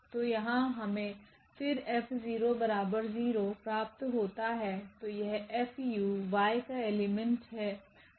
तो यहाँ हमे फिर F0 प्राप्त होता है तो यह F𝑢 Y का एलिमेंट है